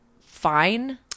fine